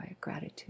gratitude